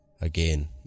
again